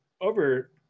over